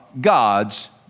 God's